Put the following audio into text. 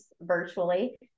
virtually